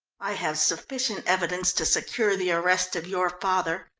i have sufficient evidence to secure the arrest of your father,